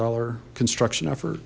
dollar construction effort